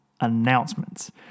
Announcements